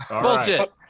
Bullshit